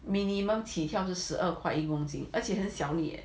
minimum 起跳是十二块一公斤而且很小粒 leh